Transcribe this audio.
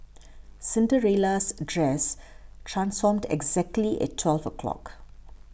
Cinderella's dress transformed exactly at twelve o' clock